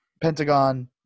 Pentagon